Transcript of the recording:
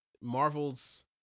Marvel's